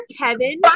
Kevin